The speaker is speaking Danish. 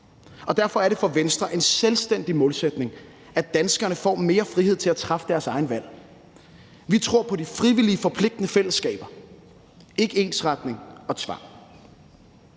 Derfor er det for Venstre en selvstændig målsætning, at danskerne får mere frihed til at træffe deres egne valg. Vi tror på de frivillige, forpligtende fællesskaber, ikke ensretning og tvang.